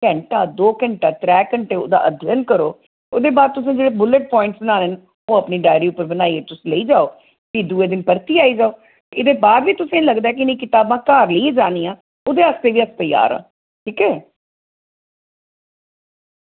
घैंटा दो घैंटा त्रै घैंटा उ'दा अध्यन करो उदे बाद तुसैं जेह्ड़े बुलेट पोइंट्स बनाने न ओह् अपनी डायरी उप्पर बनाइयै तुस लेई जाओ फ्ही दुए दिन परतियै आई जाओ एह्दे बाद वी तुसें लगदा कि निं किताबां घर लेइयै जानियां उ'दे आस्तै वी अस त्यार आं ठीक ऐ